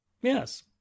Yes